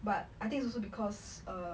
but I think it's also because err